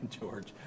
George